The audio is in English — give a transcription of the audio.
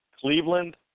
Cleveland